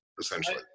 essentially